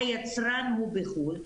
היצרן הוא בחו"ל,